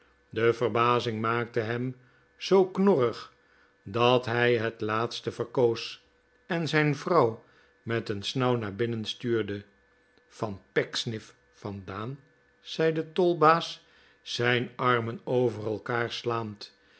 de verbazing maakte hem zoo knorrig dat hij het laatste verkoos en zijn vrouw met een snauw naar binnen stuurde van pecksniff vandaan zei de tolbaas zijn armen over elkaar slaand